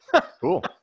cool